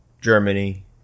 Germany